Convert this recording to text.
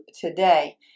today